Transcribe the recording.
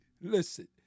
listen